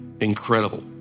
incredible